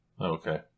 Okay